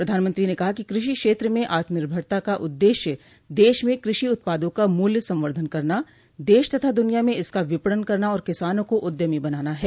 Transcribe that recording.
प्रधानमंत्री ने कहा कि कृषि क्षेत्र में आत्मनिर्भरता का उददेश्य देश में कृषि उत्पादों का मूल्य संवर्धन करना दश तथा दुनिया में इसका विपणन करना और किसानों को उद्यमी बनाना है